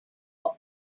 but